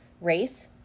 race